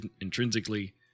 intrinsically